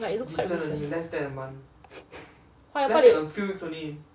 like it looks quite recent why why they